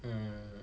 um